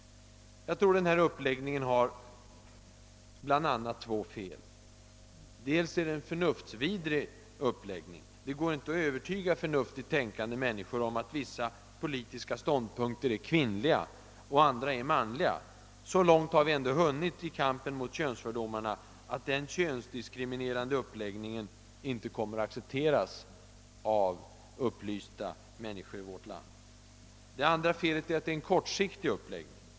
Jag tror att den uppläggningen har bland annat två fel. För det första är den förnuftsvidrig — det går inte att övertyga förnuftigt tänkande människor om att vissa politiska ståndpunkter skulle vara kvinnliga och andra manliga. Så långt har vi ändå hunnit i kampen mot könsfördomarna, att en sådan könsdiskriminerande uppläggning inte kommer att accepteras av upplysta människor i vårt land. För det andra är uppläggningen kortsiktig.